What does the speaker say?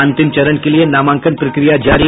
अंतिम चरण के लिये नामांकन प्रक्रिया जारी